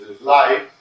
life